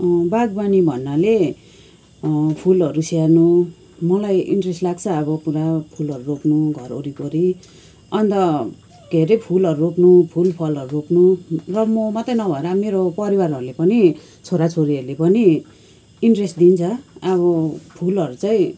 बागबानी भन्नाले फुलहरू स्याहार्नु मलाई इन्ट्रेस्ट लाग्छ अब पुरा फुलहरू रोप्नु घरवरिपरि अन्त के अरे फुलहरू रोप्नु फुलफलहरू रोप्नु र म मात्रै नभएर मेरो परिवारहरूले पनि छोराछोरीहरूले पनि इन्ट्रेस्ट दिन्छ अब फुलहरू चाहिँ